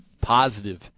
positive